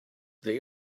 they